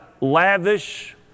lavish